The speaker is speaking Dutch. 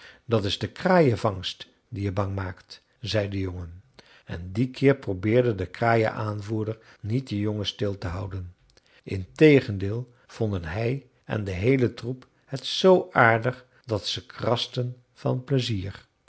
dat is de kraaienvangst die je bang maakt zei de jongen en dien keer probeerde de kraaienaanvoerder niet den jongen stil te houden integendeel vonden hij en de heele troep het zoo aardig dat ze krasten van pleizier